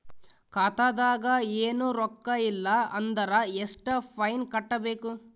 ಖಾತಾದಾಗ ಏನು ರೊಕ್ಕ ಇಲ್ಲ ಅಂದರ ಎಷ್ಟ ಫೈನ್ ಕಟ್ಟಬೇಕು?